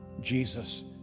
Jesus